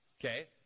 Okay